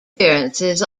appearances